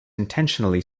intentionally